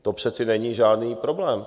To přece není žádný problém.